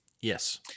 Yes